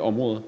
områder.